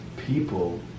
People